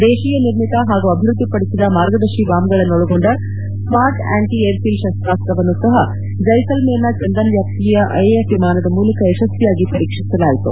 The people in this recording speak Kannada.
ದೇಶೀಯ ನಿರ್ಮಿತ ಹಾಗೂ ಅಭಿವೃದ್ದಿಪಡಿಸಿದ ಮಾರ್ಗದರ್ಶಿ ಬಾಂಬ್ಗಳನ್ನೊಳಗೊಂಡ ಸ್ಮಾಟ್ ಅಂಟಿ ಏರ್ಫೀಲ್ಡ್ ಶಸ್ತಾಸ್ತ್ರ ವನ್ನು ಸಹ ಜೈಸಲ್ಟ್ರೇರ್ನ ಚಂದನ್ ವ್ಯಾಪ್ತಿಯ ಐಎಎಫ್ ವಿಮಾನದ ಮೂಲಕ ಯಶಸ್ವಿಯಾಗಿ ಪರೀಕ್ಷಿಸಲಾಯಿತು